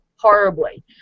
Horribly